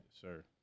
sir